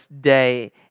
day